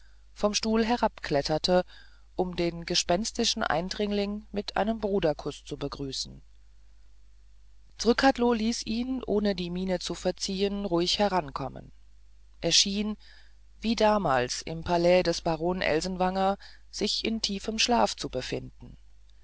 vom stuhl herabkletterte um den gespenstischen eindringling mit einem bruderkuß zu begrüßen zrcadlo ließ ihn ohne die miene zu verziehen ruhig herankommen er schien wie damals im palais des baron elsenwanger sich in tiefem schlaf zu befinden